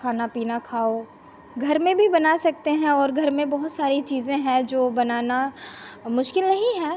खाना पीना खाओ घर में भी बना सकते हैं और घर में बहुत सारी चीजें हैं जो बनाना मुश्किल नहीं है